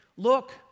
Look